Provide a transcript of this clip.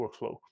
workflow